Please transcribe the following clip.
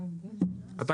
כלומר משפחה מזמינה מראש.